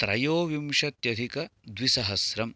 त्रयोविंशत्यधिकद्विसहस्रं